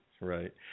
Right